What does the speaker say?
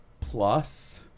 plus